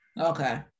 okay